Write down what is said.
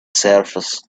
surface